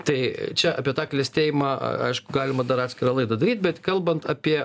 tai čia apie tą klestėjimą aišku galima dar atskirą laidą daryt bet kalbant apie